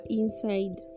inside